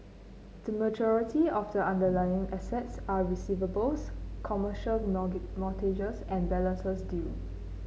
the majority of the underlying assets are receivables commercial mortgages and balances due